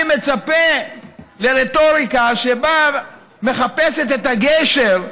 אני מצפה לרטוריקה שבאה ומחפשת את הגשר,